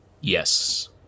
Yes